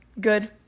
good